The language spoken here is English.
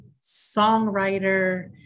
songwriter